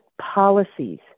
policies